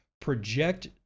project